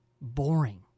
boring